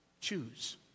Choose